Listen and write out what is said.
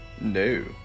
No